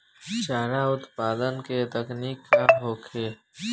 चारा उत्पादन के तकनीक का होखे?